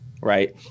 right